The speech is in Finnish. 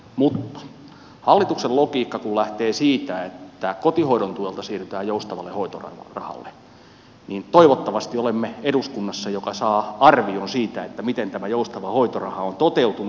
mutta hallituksen logiikka kun lähtee siitä että kotihoidon tuelta siirrytään joustavalle hoitorahalle niin toivottavasti olemme eduskunnassa joka saa arvion siitä miten tämä joustava hoitoraha on toteutunut